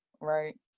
Right